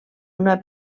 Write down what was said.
una